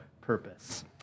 purpose